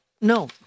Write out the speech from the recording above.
No